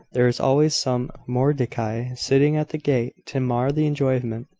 there is always some mordecai sitting at the gate to mar the enjoyment.